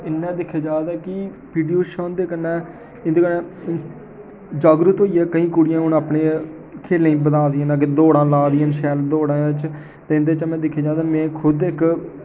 ते इ'न्ने दिक्खेआ जा की पी टी ऊषा हुंदे कन्नै इ'न्दे कन्नै जागरूक होइयै केईं कुड़ियां अपने खेल्लें गी बधा दियां न अग्गें दौड़ां ला दियां न शैल दौड़ां च ते इ'न्दे बिच में दिक्खेआ ते में खुद इक